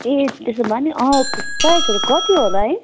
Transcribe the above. ए त्यसो भए नि प्राइसहरू कति होला है